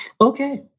Okay